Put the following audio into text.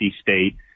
state